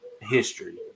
history